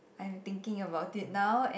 I am thinking about it now and